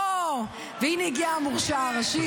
או-הו, והינה, הגיע המורשע הראשי.